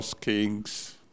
Kings